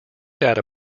data